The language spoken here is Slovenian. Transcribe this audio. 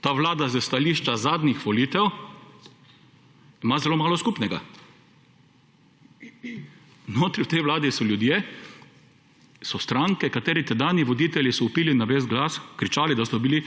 Ta vlada s stališča zadnjih volitev ima zelo malo skupnega. Notri v tej vladi so ljudje, so stranke, katerih tedanji voditelji so vpili na ves glas, kričali, da so bili